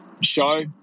show